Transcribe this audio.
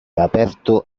aperto